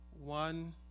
one